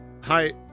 hi